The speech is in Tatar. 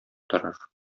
торыр